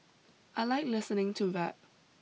I like listening to rap